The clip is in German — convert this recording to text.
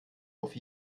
auf